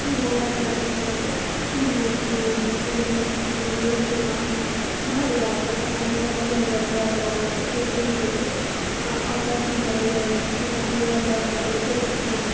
یِم لۄکٕٹۍ لۄکٕٹۍ نالہٕ چھِ یِمَن مَنٛز چھِ یِم یِمَن مَنٛز چھِ کینٛہہ لوٗکھ یِم اتھ مَنٛز گاڈٕ دَوا چھِ چھَکان ییٚمہِ سۭتۍ واریاہ زیادٕ گاڈٕ مَران چھِ تمہِ سۭتۍ چھِ کۄلہِ ہٕنٛز بَیوڈایوَرسٹی واریاہ زیادٕ مُتٲثر گَژھان